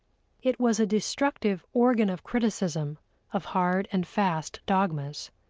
it was a destructive organ of criticism of hard and fast dogmas.